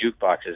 jukeboxes